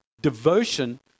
devotion